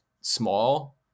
small